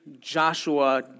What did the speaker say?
Joshua